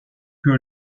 que